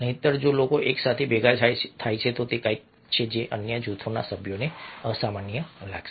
નહિંતર જો લોકો એકસાથે ભેગા થાય છે તો તે કંઈક છે જે અન્ય જૂથના સભ્યોને અસામાન્ય લાગશે